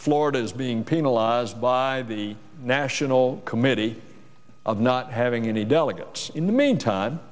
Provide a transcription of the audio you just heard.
florida is being penalized by the national committee of not having any delegates in the meantime